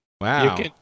Wow